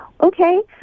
Okay